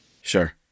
Sure